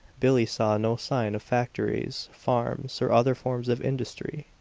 billie saw no sign of factories, farms, or other forms of industry.